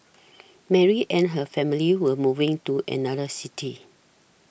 Mary and her family were moving to another city